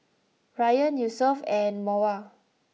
Rayyan Yusuf and Mawar